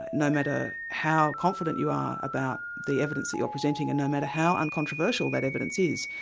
no matter how confident you are about the evidence that you're presenting, and no matter how uncontroversial that evidence is,